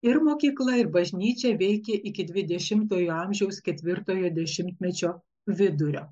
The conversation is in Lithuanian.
ir mokykla ir bažnyčia veikė iki dvidešimtojo amžiaus ketvirtojo dešimtmečio vidurio